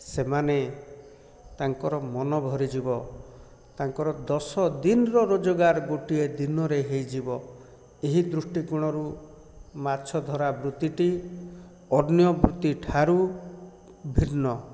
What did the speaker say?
ସେମାନେ ତାଙ୍କର ମନ ଭରିଯିବ ତାଙ୍କର ଦଶ ଦିନର ରୋଜଗାର ଗୋଟିଏ ଦିନରେ ହେଇଯିବ ଏହି ଦୃଷ୍ଟିକୋଣରୁ ମାଛ ଧରା ବୃତ୍ତିଟି ଅନ୍ୟ ବୃତ୍ତି ଠାରୁ ଭିନ୍ନ